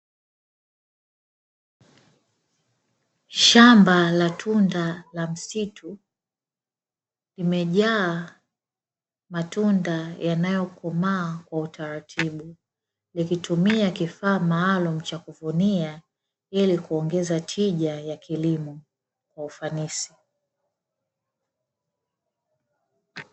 Shamba la tunda la msitu limejaa matunda yanayokomaa kwa utaratibu, likitumia kifaa maalumu cha kuvunia ili kuongeza tija ya kilimo kwa ufanisi.